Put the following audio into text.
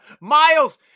Miles